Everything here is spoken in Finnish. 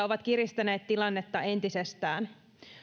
ovat kiristäneet tilannetta entisestään